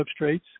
substrates